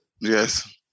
Yes